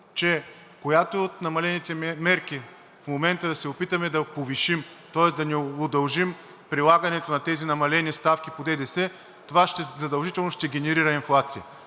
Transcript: че която от намалените мерки в момента се опитаме да повишим, тоест да не удължим прилагането на тези намалени ставки по ДДС, това задължително ще генерира инфлация.